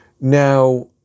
Now